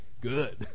good